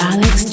Alex